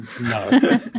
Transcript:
No